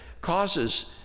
causes